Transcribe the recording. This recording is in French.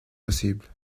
possible